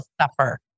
suffer